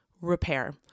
repair